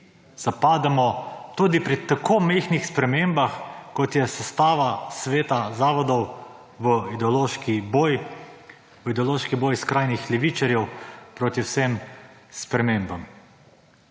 zapadamo tudi pri tako majhnih spremembah kot je sestava Sveta zavodov v ideološki boj, v ideološki boj skrajnih levičarjev proti vsem spremembam.